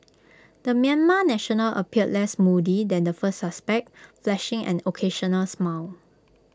the Myanmar national appeared less moody than the first suspect flashing an occasional smile